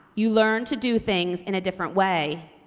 you learn to do things in a different way.